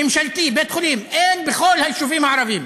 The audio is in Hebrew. ממשלתי, בית חולים, אין בכל היישובים הערביים,